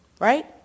right